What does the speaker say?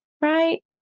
Right